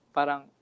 Parang